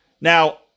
Now